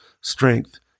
strength